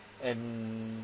and